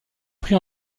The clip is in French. pris